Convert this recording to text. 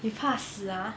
you 怕死 ah